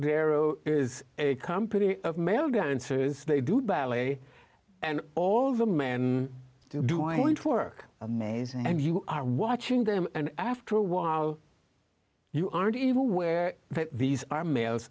trocadero is a company of male dancers they do ballet and all the men do i went to work amazing and you are watching them and after a while you aren't even aware that these are males